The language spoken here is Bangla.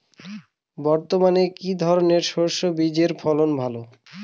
বর্তমানে কি ধরনের সরষে বীজের ফলন ভালো?